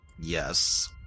Yes